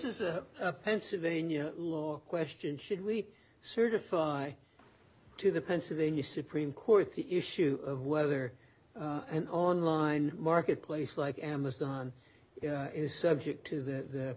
is a pennsylvania question should we certify to the pennsylvania supreme court the issue of whether an online marketplace like amazon is subject to the